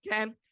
okay